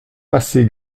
passé